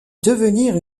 devenir